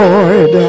Lord